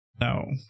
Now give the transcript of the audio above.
No